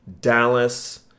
Dallas